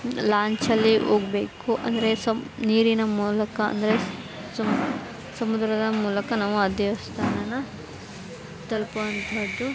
ಲಾಂಚಲ್ಲಿ ಹೋಗ್ಬೇಕು ಅಂದರೆ ಸಮ್ ನೀರಿನ ಮೂಲಕ ಅಂದರೆ ಸಮ್ ಸಮುದ್ರದ ಮೂಲಕ ನಾವು ಆ ದೇವಸ್ಥಾನನ ತಲುಪುವಂತಹದ್ದು